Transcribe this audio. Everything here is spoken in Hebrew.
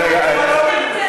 לא, לא.